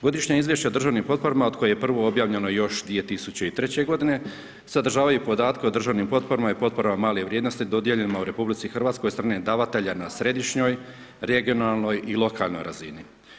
Godišnja izvješća o državnim potporama od koje je prvo objavljeno još 2003. godine sadržavaju podatke o državnim potporama i potporama male vrijednosti dodijeljenima u RH od strane davatelja na središnjoj, regionalnoj i lokalnoj razini.